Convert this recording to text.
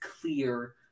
clear